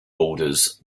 borders